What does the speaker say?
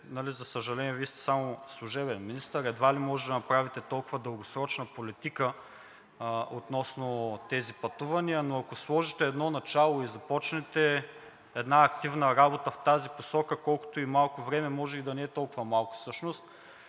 За съжаление, Вие сте само служебен министър. Едва ли може да направите толкова дългосрочна политика относно тези пътувания, но ако сложите едно начало и започнете активна работа в тази посока, колкото и малко да е времето – може и да не е толкова малко всъщност,